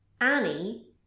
Annie